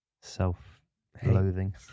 self-loathing